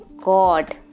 God